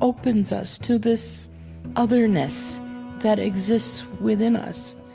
opens us to this otherness that exists within us.